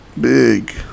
big